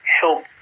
help